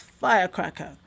firecracker